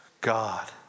God